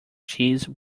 cheese